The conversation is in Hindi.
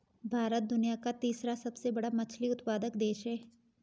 भारत दुनिया का तीसरा सबसे बड़ा मछली उत्पादक देश है